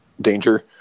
danger